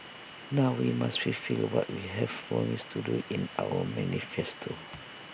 now we must fulfil what we have promised to do in our manifesto